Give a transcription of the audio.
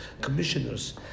commissioners